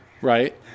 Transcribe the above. Right